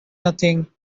nothing